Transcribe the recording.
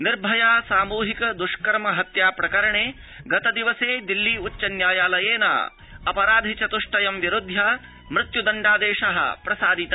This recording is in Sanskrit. निर्भया सामूहिक दृष्कर्म हत्या प्रकरणे गतदिवसे दिल्ली उच्च न्यायालयेन अपराधि चतुष्टयं विरुध्य मृत्युदण्डादेश प्रसारित